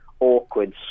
awkward